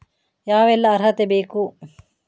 ಯಾವೆಲ್ಲ ಅರ್ಹತೆ ಬೇಕು?